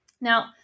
Now